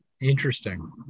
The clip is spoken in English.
Interesting